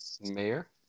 Mayor